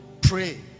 pray